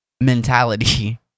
mentality